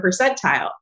percentile